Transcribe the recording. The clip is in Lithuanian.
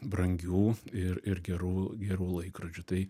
brangių ir ir gerų gerų laikrodžių tai